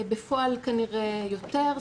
בפועל כנראה יותר,